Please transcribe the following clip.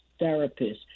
therapists